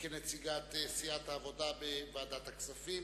כנציגת סיעת העבודה בוועדת הכספים,